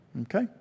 Okay